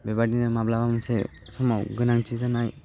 बेबायदिनो माब्लाबा मोनसे समाव गोनांथि जानाय